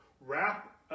wrap